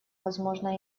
возможно